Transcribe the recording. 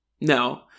no